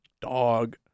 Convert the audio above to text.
dog